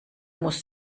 muss